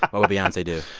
what would beyonce do?